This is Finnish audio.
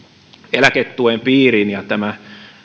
eläketuen piiriin ja tämä